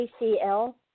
ACL